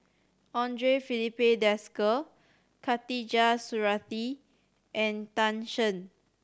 Andre Filipe Desker Khatijah Surattee and Tan Shen